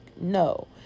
no